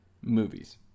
movies